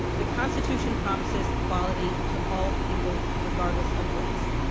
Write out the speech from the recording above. the constitution promises equality to all people regardless of race.